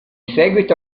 seguito